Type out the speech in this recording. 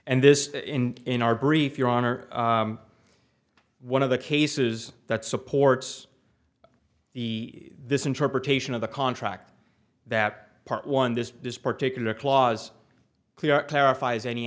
and this in in our brief your honor one of the cases that supports the this interpretation of the contract that part one this this particular clause clarifies any